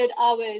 hours